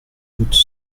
doute